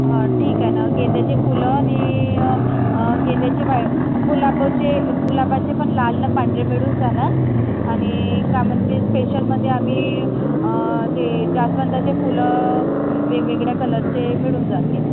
हा ठीक आहे ना गेंद्याची फुलं आणि गेंद्याची वाय गुलाबचे गुलाबाचे पण लाल न पांढरे मिळून जाणार आणि का म्हणते स्पेशलमध्ये आम्ही ते जास्वंदाचे फुलं वेगवेगळ्या कलरचे मिळून जातील